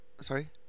Sorry